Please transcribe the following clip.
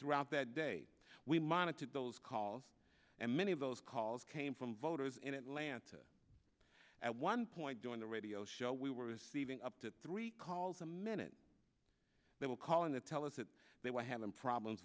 throughout that day we monitored those calls and many of those calls came from voters in atlanta at one point during the radio show we were receiving up to three calls a minute they were calling that tell us that they were having problems